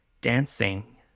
dancing